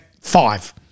five